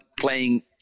playing